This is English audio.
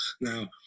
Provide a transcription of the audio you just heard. now